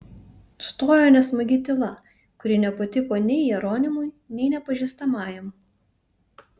stojo nesmagi tyla kuri nepatiko nei jeronimui nei nepažįstamajam